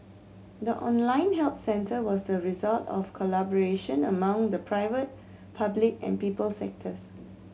the online help centre was the result of collaboration among the private public and people sectors